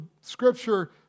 scripture